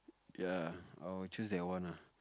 ya I'll choose that one ah